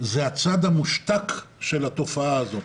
הצד המושתק של התופעה הזאת.